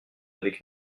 avec